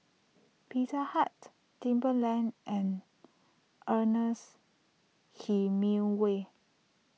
Pizza Hut Timberland and Ernest Hemingway